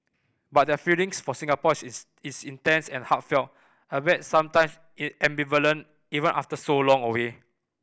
but their feelings for Singapore is intense and heartfelt albeit sometimes it ambivalent even after so long away